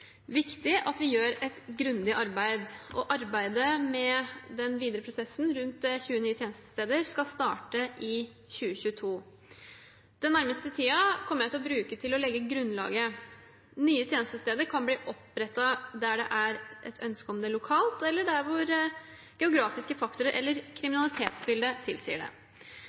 viktig at vi gjør et grundig arbeid. Arbeidet med den videre prosessen rundt 20 nye tjenestesteder skal starte i 2022. Den nærmeste tiden kommer jeg til å bruke til å legge grunnlaget. Nye tjenestesteder kan bli opprettet der det er et ønske om det lokalt, eller der geografiske faktorer eller kriminalitetsbildet tilsier det.